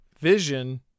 Vision